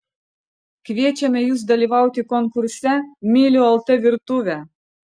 kviečiame jus dalyvauti konkurse myliu lt virtuvę